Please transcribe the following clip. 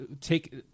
Take